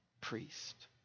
priest